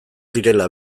direla